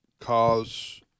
cause –